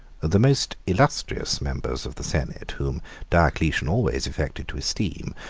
the most illustrious members of the senate, whom diocletian always affected to esteem,